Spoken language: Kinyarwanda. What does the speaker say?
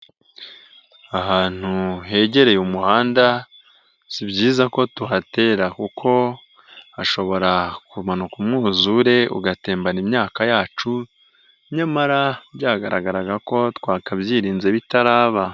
Ahantu hegereye umuhanda, si byiza ko tuhatera kuko hashobora kumanuka umwuzure ugatembana imyaka yacu, nyamara byagaragaraga ko twakabyirinze bitaraba.